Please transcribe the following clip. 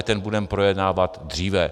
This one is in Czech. Ten budeme projednávat dříve.